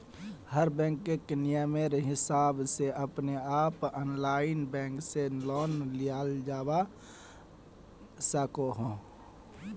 हर बैंकेर नियमेर हिसाब से अपने आप ऑनलाइन बैंक से लोन लियाल जावा सकोह